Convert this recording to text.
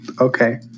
Okay